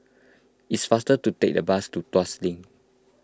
it's faster to take the bus to Tuas Link